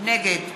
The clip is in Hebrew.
נגד